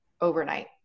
overnight